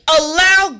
allow